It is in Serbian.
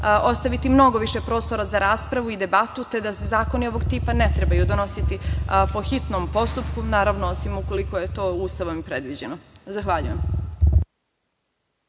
ostaviti mnogo više prostora za raspravu i debatu, te da se zakoni ovog tipa ne trebaju donositi po hitnom postupku, naravno osim ukoliko je to Ustavom predviđeno. Zahvaljujem.